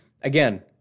again